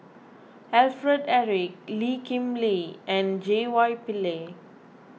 Alfred Eric Lee Kip Lee and J Y Pillay